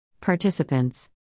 Participants